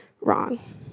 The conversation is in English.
wrong